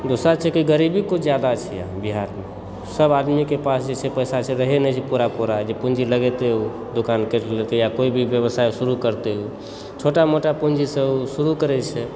दोसर छै कि गरीबी किछु जादा छै यहाँ बिहारमे सभ आदमीके पास जे छै से पैसा रहय नहि छै पूरा पूरा जे पून्जी लगेतै ओ दोकान करि लेतय या कोई भी व्यवसाय शुरु करतै ओ छोटा मोटा पून्जीसे ओ शुरु करय छै